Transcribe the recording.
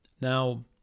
Now